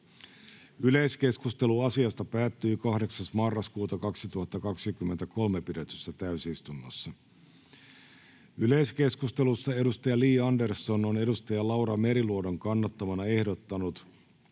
Yleiskeskustelu asiasta päättyi 8.11.2023 pidetyssä täysistunnossa. Yleiskeskustelussa Li Andersson on Laura Meriluodon kannattamana ehdottanut,